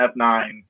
f9